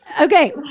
Okay